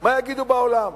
מה יגידו בעולם.